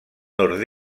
nord